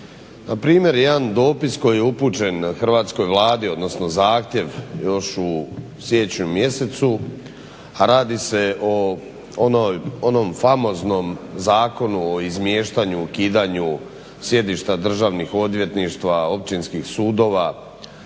Na primjer jedan dopis koji je upućen Hrvatskoj vladi, odnosno zahtjev još u siječnju mjesecu, a radi se o onom famoznom Zakonu o izmještanju, ukidanju sjedišta državnih odvjetništva, općinskih sudova